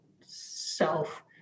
self